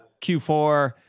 Q4